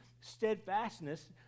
steadfastness